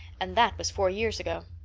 and that was four years ago.